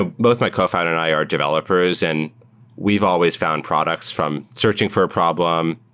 ah both my cofounder and i are developers and we've always found products from searching for problem,